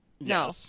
no